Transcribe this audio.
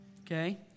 okay